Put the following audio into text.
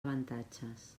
avantatges